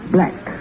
Black